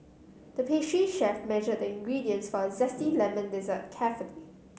the pastry chef measured the ingredients for a zesty lemon dessert carefully